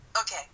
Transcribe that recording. Okay